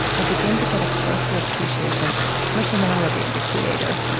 i begin to get a closer appreciation of the personality of the creator.